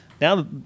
now